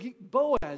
Boaz